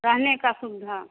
रहने की सुविधा